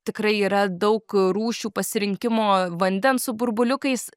tikrai yra daug rūšių pasirinkimo vandens su burbuliukais